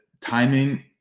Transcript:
timing